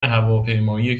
هواپیمایی